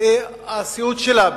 הסיעוד שלה,